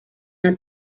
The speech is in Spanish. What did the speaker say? una